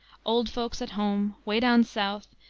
old folks at home, way down south,